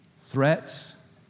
Threats